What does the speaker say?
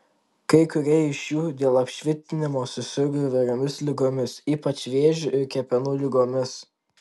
kai kurie iš jų dėl apšvitinimo susirgo įvairiomis ligomis ypač vėžiu ir kepenų ligomis